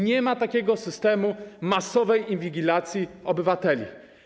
Nie ma takiego systemu masowej inwigilacji obywateli.